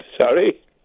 Sorry